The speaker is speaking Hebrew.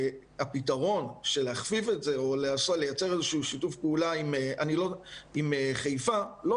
הפתרון של להכפיף את זה או לייצר שיתוף פעולה עם חיפה לא